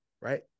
right